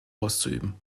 auszuüben